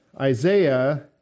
Isaiah